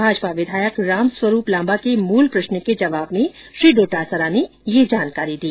भाजपा विधायक रामस्वरूप लांबा के मूल प्रश्न के जवाब में श्री डोटासरा ने ये जानकारी दी